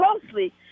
closely